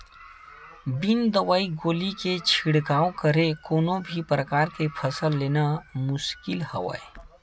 बिन दवई गोली के छिड़काव करे कोनो भी परकार के फसल लेना मुसकिल हवय